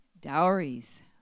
Dowries